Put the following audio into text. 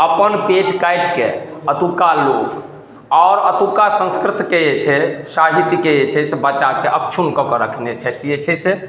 अपन पेट काटि कऽ अतुका लोक आओर अतुका संस्कृतिके जे छै साहित्यके जे छै से बचाके अक्षुण कऽ कऽ रखने छथि जे छै से